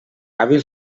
hàbil